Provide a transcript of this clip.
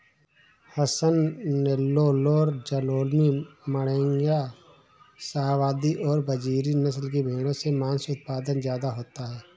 हसन, नैल्लोर, जालौनी, माण्ड्या, शाहवादी और बजीरी नस्ल की भेंड़ों से माँस उत्पादन ज्यादा होता है